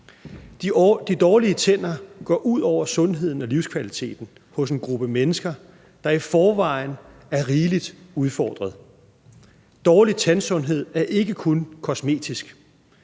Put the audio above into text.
De dårlige tænder går ud over sundheden og livskvaliteten hos en gruppe mennesker, der i forvejen er rigeligt udfordret. Dårlig tandsundhed er ikke kun kosmetisk,